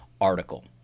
article